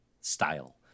style